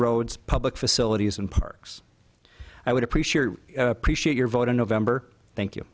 roads public facilities and parks i would appreciate appreciate your vote in november thank you